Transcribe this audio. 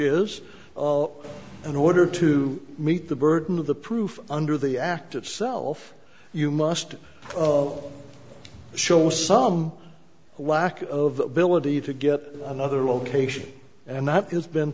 is in order to meet the burden of the proof under the act itself you must show some lack of ability to get another location and that has been